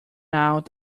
out